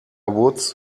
woods